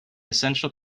essential